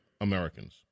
Americans